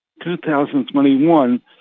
2021